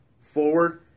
forward